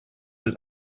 that